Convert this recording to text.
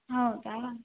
ಹೌದಾ